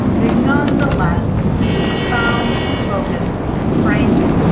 they've nonetheless found focus and framed it.